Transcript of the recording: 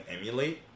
emulate